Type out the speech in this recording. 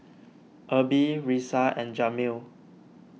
Erby Risa and Jameel